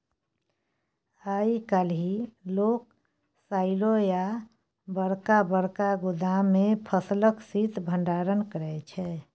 आइ काल्हि लोक साइलो आ बरका बरका गोदाम मे फसलक शीत भंडारण करै छै